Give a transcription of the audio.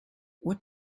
what